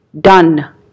done